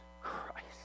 christ